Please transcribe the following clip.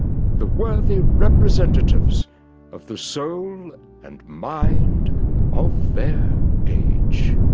the worthy representatives of the soul and mind of their age.